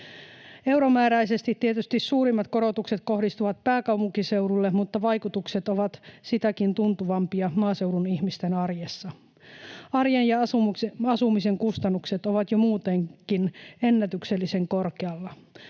Euromääräisesti tietysti suurimmat korotukset kohdistuvat pääkaupunkiseudulle, mutta vaikutukset ovat sitäkin tuntuvampia maaseudun ihmisten arjessa. Arjen ja asumisen kustannukset ovat jo muutenkin ennätyksellisen korkealla.